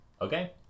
Okay